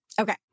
Okay